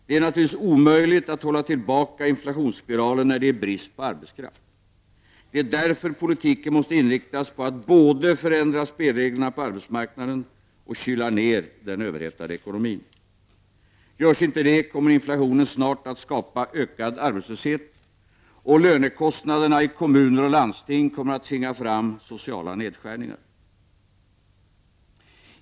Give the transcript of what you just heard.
Det är naturligtvis omöjligt att hålla tillbaka inflationsspiralen när det är brist på arbetskraft. Därför måste politiken inriktas på att båda förändra spelreglerna på arbetsmarknaden och kyla ned den överhettade ekonomin. Görs inte det kommer inflationen snart att skapa ökad arbetslöshet, och lönekostnaderna i kommuner och landsting kommer att tvinga fram sociala nedskärningar.